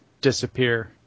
disappear